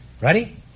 Ready